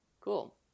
Cool